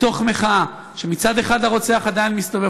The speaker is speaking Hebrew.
מתוך מחאה על כך שמצד אחד הרוצח עדיין מסתובב